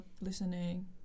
listening